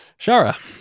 Shara